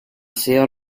sido